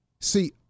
See